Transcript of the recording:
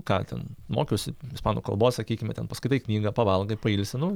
ką ten mokiausi ispanų kalbos sakykime ten paskaitai knygą pavalgai pailsi nu